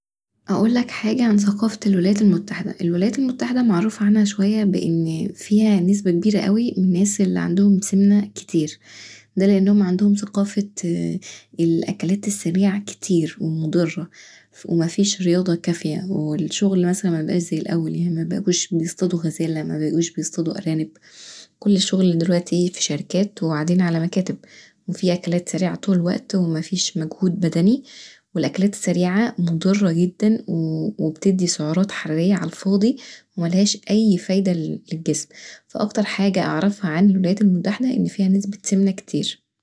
أقولك حاجه عن ثقافة الولايات المتحده، الولايات المتحده معروف عنها شويه ان فيها نسبة كبيرة اوي من اللي عندهم سمنة كتير دا لأن عندهم ثقافة الأكلات السريعه كتير ومضره ومفيش رياضه كافيه والشغل مبقاش زي الأول يعني مبقوش يصطادوا غزاله مبقوش يصطادوا ارانب كل الشغل دلوقتي في شركات وقاعدين علي مكاتب وفيه أكلات سريعة طول الوقت ومفيش مجهود بدني والأكلات السريعة مضره جدا وبتدي سعرات حرارية علي الفاضي وملهاش اي فايده للجسم، فأكتر حاجه اعرفها عن الولايات المتحده ان فيها نسبة سمنة كتير.